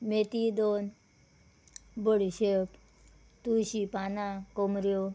मेथी दोन बडीशेप तुळशी पानां कोमऱ्यो